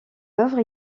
œuvre